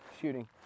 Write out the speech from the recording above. shooting